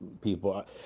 people